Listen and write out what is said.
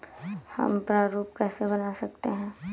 हम प्रारूप कैसे बना सकते हैं?